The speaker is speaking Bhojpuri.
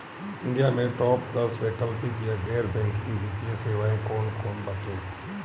इंडिया में टाप दस वैकल्पिक या गैर बैंकिंग वित्तीय सेवाएं कौन कोन बाटे?